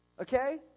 Okay